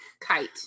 kite